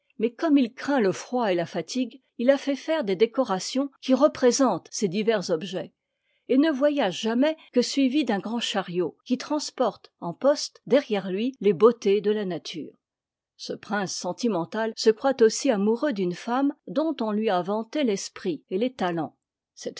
mais comme il craint le froid et la fatigue il a fait faire des décorations qui représentent ces divers objets et ne voyage jamais que suivi d'un grand chariot qui transporte en poste derrière lui les beautés de la nature ce prince sentimental se croit aussi amoureux d'une femme dont on lui a vanté l'esprit et les talents cette